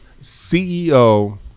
CEO